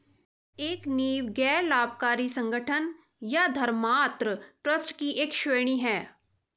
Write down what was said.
एक नींव गैर लाभकारी संगठन या धर्मार्थ ट्रस्ट की एक श्रेणी हैं